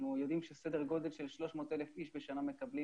אנחנו יודעים שסדר גודל של 300,000 איש בשנה מקבלים